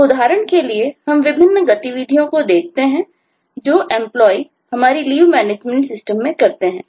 तो उदाहरण के लिए हम उन विभिन्न गतिविधियों को देखते हैं जो Employee हमारी Leave Management System में करते हैं